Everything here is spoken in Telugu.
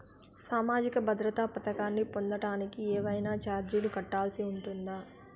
సామాజిక భద్రత పథకాన్ని పొందడానికి ఏవైనా చార్జీలు కట్టాల్సి ఉంటుందా?